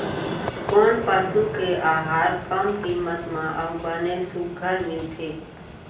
कोन पसु के आहार कम किम्मत म अऊ बने सुघ्घर मिलथे?